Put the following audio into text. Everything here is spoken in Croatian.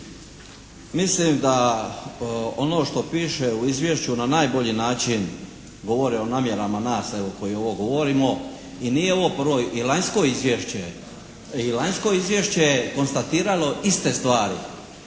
Mislim da ono što piše u izvješću na najbolji način govori o namjerama nas evo koji ovo govorimo i nije ovo prvo, i lanjsko izvješće, i lanjsko izvješće